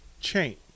change